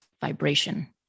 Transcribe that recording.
vibration